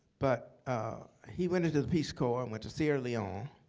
but he went into the peace corps and went to sierra leone.